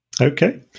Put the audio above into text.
Okay